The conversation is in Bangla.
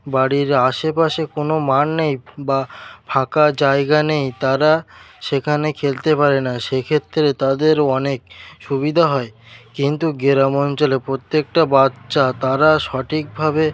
বাড়ির আশেপাশে কোনও মাঠ নেই বা ফাঁকা জায়গা নেই তারা সেখানে খেলতে পারে না সেক্ষেত্রে তাদের অনেক সুবিধা হয় কিন্তু গ্রাম অঞ্চলে প্রত্যেককটা বাচ্চা তারা সঠিকভাবে